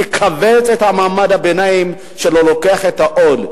ותכווץ את מעמד הביניים שלא עומד בעול.